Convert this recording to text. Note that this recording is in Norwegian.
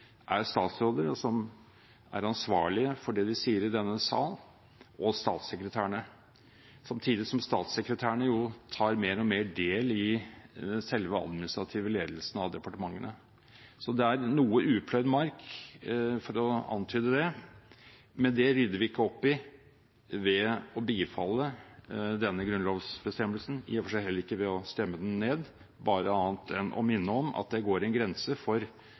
statssekretærene tar mer og mer del i selve den administrative ledelsen av departementene. Det er noe upløyd mark, for å antyde det. Men det rydder vi ikke opp i ved å bifalle denne grunnlovsbestemmelsen, i og for seg heller ikke ved å stemme den ned, annet enn å minne om at det går en grense